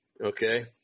Okay